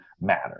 matter